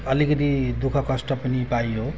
अलिकति दुःखकष्ट पनि पाइयो